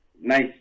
Nice